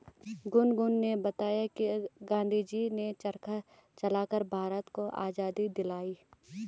गुनगुन ने बताया कि गांधी जी ने चरखा चलाकर भारत को आजादी दिलाई